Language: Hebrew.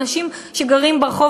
אנשים שגרים ברחוב,